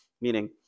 Meaning